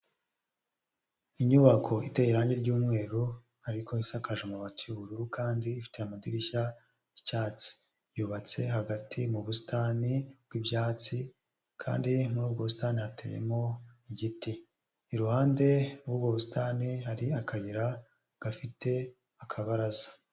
Inyubako iteye irangi ry'umweru ariko isakaje amabati y'ubururu kandi ifite amadirishya y'icyatsi, yubatse hagati mu busitani bw'ibyatsi kandi muri ubwo ubusitani hateyemo igiti, iruhande rw'ubwo busitani hari akayira gafite akabaraza.